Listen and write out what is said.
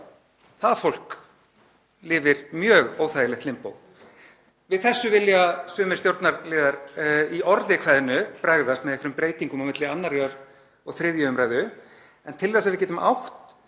Það fólk lifir í mjög óþægilegu limbói. Við þessu vilja sumir stjórnarliðar í orði kveðnu bregðast með nokkrum breytingum á milli 2. og 3. umr. en til þess að við getum átt